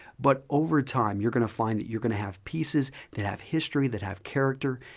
but overtime, youire going to find that youire going to have pieces that have history, that have character,